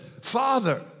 Father